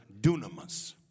dunamis